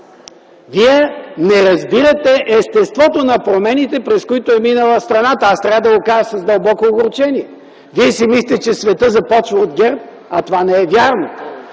Вие не разбирате естеството на промените, през които е минала страната. Аз трябва да го кажа с дълбоко огорчение. Вие си мислите, че светът започва от ГЕРБ, а това не е вярно!